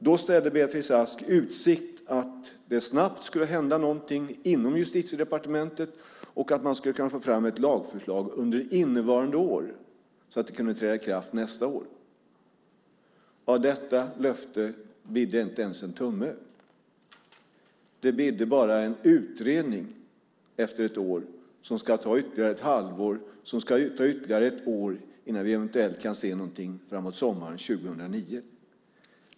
Då ställde Beatrice Ask i utsikt att det snabbt skulle hända någonting inom Justitiedepartementet och att man skulle kunna få fram ett lagförslag under innevarande år så att det kunde träda i kraft nästa år. Av detta löfte bidde inte ens en tumme. Det bidde bara en utredning efter ett år. Den ska ta ytterligare ett halvår, och sedan tar det ytterligare ett år innan vi eventuellt får se någonting framåt sommaren 2009.